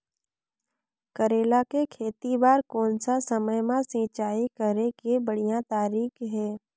करेला के खेती बार कोन सा समय मां सिंचाई करे के बढ़िया तारीक हे?